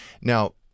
Now